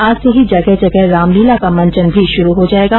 आज से ही जगह जगह रामलीला का मंचन भी शुरू हो जायेगा